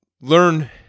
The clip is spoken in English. learn